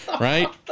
Right